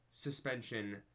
suspension